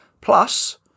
Plus